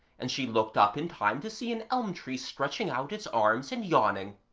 and she looked up in time to see an elm-tree stretching out its arms and yawning.